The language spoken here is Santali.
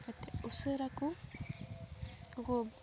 ᱠᱟᱹᱴᱤᱡ ᱩᱥᱟᱹᱨᱟ ᱠᱚ ᱟᱠᱚ